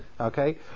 Okay